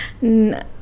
No